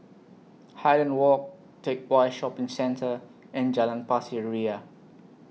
Highland Walk Teck Whye Shopping Centre and Jalan Pasir Ria